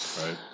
Right